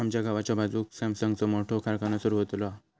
आमच्या गावाच्या बाजूक सॅमसंगचो मोठो कारखानो सुरु होतलो हा